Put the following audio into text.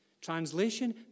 translation